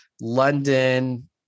London